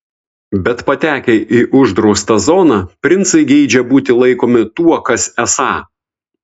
bet patekę į uždraustą zoną princai geidžia būti laikomi tuo kas esą